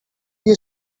you